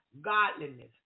godliness